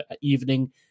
evening